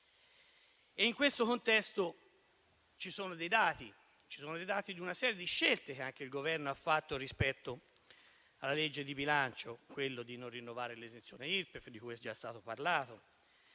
In questo contesto ci sono dei dati e una serie di scelte che anche il Governo ha preso rispetto alla legge di bilancio: quella di non rinnovare l'esenzione Irpef, di cui si è già parlato;